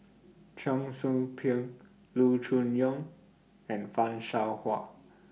Cheong Soo Pieng Loo Choon Yong and fan Shao Hua